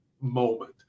moment